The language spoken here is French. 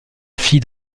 fille